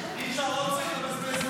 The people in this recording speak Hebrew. אין צורך.